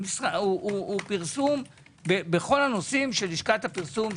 הוא פרסום בכל הנושאים של לשכת הפרסום,